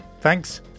Thanks